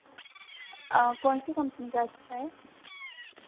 कौन सी कंपनी का अच्छा है